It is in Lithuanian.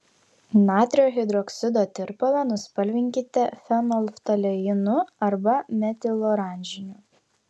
natrio hidroksido tirpalą nuspalvinkite fenolftaleinu arba metiloranžiniu